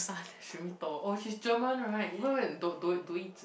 she only told oh she's German right what you mean don't don't don't need